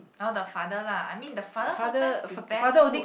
oh the father lah I mean the father sometimes prepares food